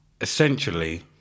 Essentially